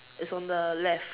it's on the left